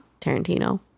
Tarantino